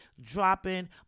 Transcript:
dropping